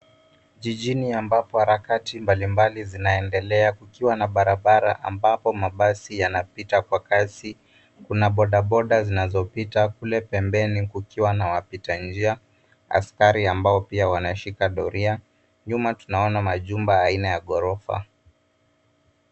Jijini ambapo harakati mbalimbali zinaendelea kukiwa na barabara ambapo mabasi yanapita kwa kasi. Kuna bodaboda zinazopita kule pembeni kukiwa na wapita njia, askari ambao pia wanashika doria. Nyuma tunaona majumba aina ya ghorofa.